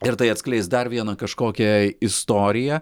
ir tai atskleis dar vieną kažkokią istoriją